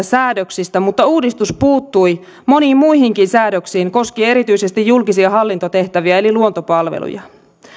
säädöksistä mutta uudistus puuttui moniin muihinkin säädöksiin koskien erityisesti julkisia hallintotehtäviä eli luontopalveluja